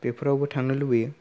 बेफोरावबो थांनो लुबैयो